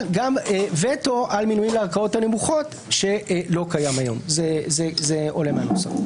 ויהיה וטו לערכאות הנמוכות, שזה מה שלא קיים היום.